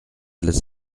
les